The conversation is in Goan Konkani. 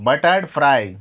बटाट फ्राय